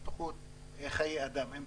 בנושא בטיחות חיי אדם.